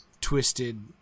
twisted